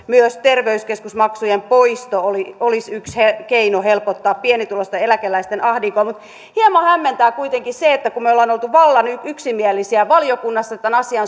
myös terveyskeskusmaksujen poisto olisi yksi keino helpottaa pienituloisten eläkeläisten ahdinkoa mutta hieman hämmentää kuitenkin se että kun me olemme olleet vallan yksimielisiä valiokunnassa tämän asian